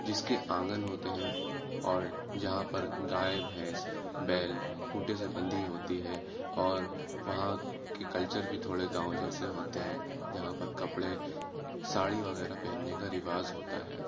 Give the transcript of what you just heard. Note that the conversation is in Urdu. جس کے آنگن ہوتے ہیں اور یہاں پر گائے بھینس بیل کھونٹے سے بندھی ہوتی ہے اور وہاں كے كلچر بھی تھوڑے گاؤں جیسے ہوتے ہیں جہاں پر کپڑے ساڑی وغیرہ پہننے کا رواج ہوتا ہے